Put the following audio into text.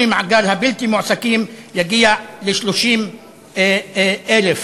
למעגל הבלתי-מועסקים יגיע ל-30,000.